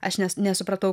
aš nes nesupratau